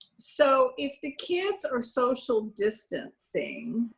so, if the kids are social distancing,